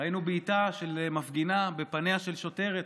ראינו בעיטה של מפגינה בפניה של שוטרת,